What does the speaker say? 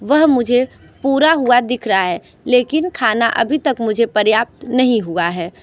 वह मुझे पूरा हुआ दिख रहा है लेकिन खाना अभी तक मुझे पर्याप्त नहीं हुआ है